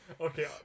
Okay